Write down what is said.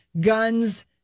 guns